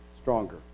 stronger